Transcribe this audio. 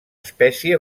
espècie